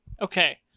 Okay